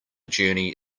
journey